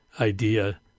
idea